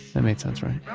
that made sense, right?